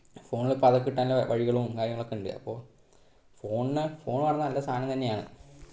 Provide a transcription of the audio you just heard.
ഫോണില് വഴികളും കാര്യങ്ങളും ഉണ്ട് അപ്പോൾ ഫോണിന് ഫോണ് എന്ന് പറഞ്ഞാൽ നല്ല സാധനം തന്നെയാണ്